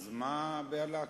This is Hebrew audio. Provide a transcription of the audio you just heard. אז מה הבהלה כאן?